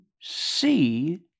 see